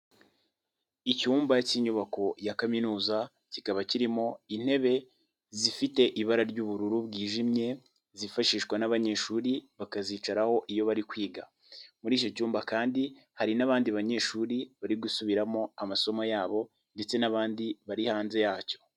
Icyumba k'inyubako ya kaminuza, kikaba kirimo intebe zifite ibara ry'ubururu bwijimye, zifashishwa n'abanyeshuri bakazicaraho iyo bari kwiga. Muri icyo cyumba kandi, hari n'abandi banyeshuri bari gusubiramo amasomo yabo, ndetse n'abandi bari hanze yacyo.